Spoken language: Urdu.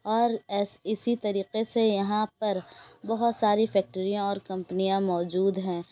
اور اسی طریقے سے یہاں پر بہت ساری فیکٹریاں اور کمپنیاں موجود ہیں